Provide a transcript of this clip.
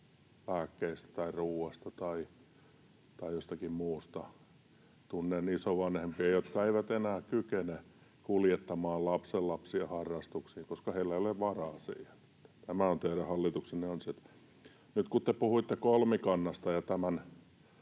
tai ruuasta tai jostakin muusta. Tunnen isovanhempia, jotka eivät enää kykene kuljettamaan lapsenlapsia harrastuksiin, koska heillä ei ole varaa siihen. Tämä on teidän hallituksenne ansiota.